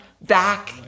Back